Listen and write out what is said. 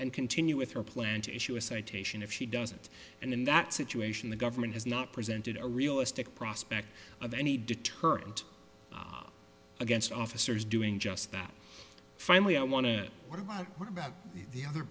and continue with her plan to issue a citation if she doesn't and in that situation the government has not presented a realistic prospect of any deterrent against officers doing just that finally i want to worry about the other